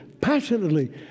passionately